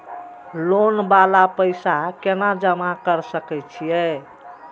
Loan वाला पैसा केना जमा कर सके छीये?